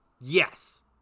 Yes